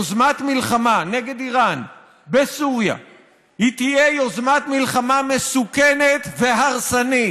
יוזמת מלחמה נגד איראן בסוריה תהיה יוזמת מלחמה מסוכנת והרסנית,